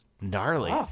Gnarly